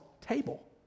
table